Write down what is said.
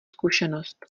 zkušenost